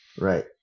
right